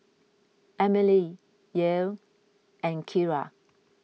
Emilie Yael and Keara